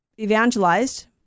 evangelized